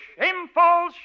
Shameful